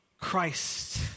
Christ